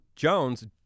jones